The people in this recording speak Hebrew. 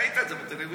ראית את זה בטלוויזיה.